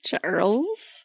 Charles